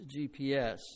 GPS